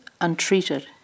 untreated